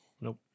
Nope